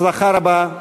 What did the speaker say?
הצלחה רבה,